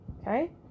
Okay